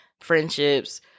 friendships